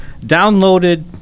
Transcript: downloaded